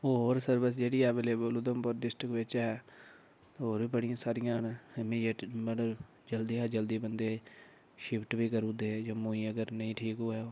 होर सर्विस जेह्ड़ी ऐवलेवल उधमपुर डिसिट्रक बिच्च ऐ होर बड़ियां सारियां न इमीजेटली मतलब जल्दी शा जल्दी बंदे गी शिफ्ट बी करी ओड़दे जम्मू जे अगर नेईं ठीक होऐ ओह्